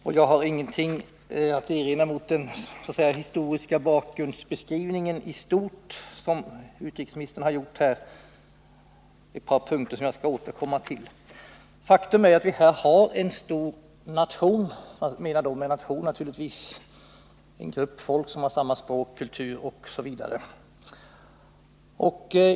Jag har i stort ingenting att erinra mot den historiska bakgrundsbeskrivning som utrikesminsitern här gör. Det är bara ett par punkter som jag skall återkomma till. Det är här fråga om en stor nation. Med nation menar jag då naturligtvis en grupp folk som har samma språk, samma kultur osv.